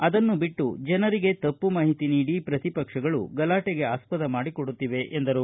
ಅದನ್ನು ಬಿಟ್ಟು ಜನರಿಗೆ ತಪ್ಪು ಮಾಹಿತಿ ನೀಡಿ ಪ್ರತಿಪಕ್ಷಗಳು ಗಲಾಟೆಗೆ ಆಸ್ವದ ಮಾಡಿಕೊಡುತ್ತಿವೆ ಎಂದರು